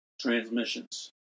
transmissions